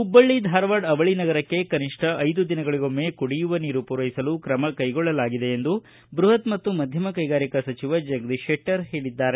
ಹುಬ್ಬಳ್ಳ ಧಾರವಾಡ ಅವಳಿ ನಗರಕ್ಕೆ ಕನಿಷ್ಟ ಐದು ದಿನಗಳಗೊಮ್ಮೆ ಕುಡಿಯುವ ನೀರು ಪೂರೈಸಲು ಕ್ರಮ ಕೈಗೊಳ್ಳಲಾಗಿದೆ ಎಂದು ಬೃಹತ್ ಮತ್ತು ಮಧ್ಯಮ ಕೈಗಾರಿಕಾ ಸಚಿವ ಜಗದೀಶ ಶೆಟ್ಟರ್ ಹೇಳದ್ದಾರೆ